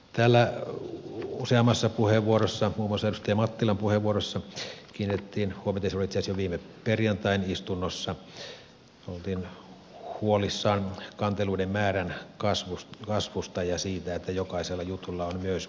täällä useammassa puheenvuorossa muun muassa edustaja mattilan puheenvuorossa se oli itse asiassa jo viime perjantain istunnossa oltiin huolissaan kanteluiden määrän kasvusta ja siitä että jokaisella jutulla on myös hintansa